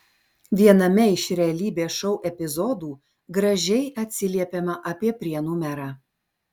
viename iš realybės šou epizodų gražiai atsiliepiama apie prienų merą